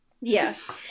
Yes